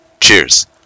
Cheers